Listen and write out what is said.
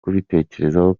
kubitekerezaho